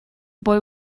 boy